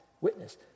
witness